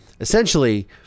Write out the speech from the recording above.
essentially